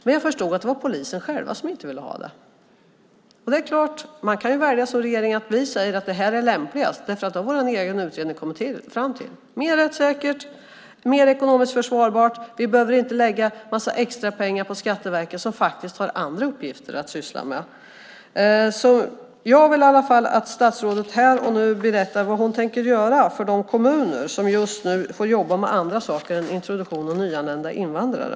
Men jag förstod att det var polisen själv som inte ville ha det. Man kan välja som regering att säga att det är lämpligast, därför att det har deras egen utredning kommit fram till. Det är mer rättssäkert och mer ekonomiskt försvarbart. Vi behöver inte lägga en massa extra pengar på Skatteverket som faktiskt har andra uppgifter att syssla med. Jag vill i alla fall att statsrådet här och nu berättar vad hon tänker göra för de kommuner som just nu får jobba med andra saker än introduktion av nyanlända invandrare.